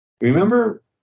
Remember